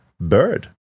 bird